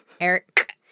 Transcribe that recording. Eric